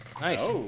Nice